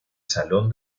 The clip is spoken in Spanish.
salón